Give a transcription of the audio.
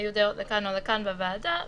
היו דעות לכאן או לכאן בוועדה,